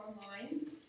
online